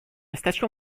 station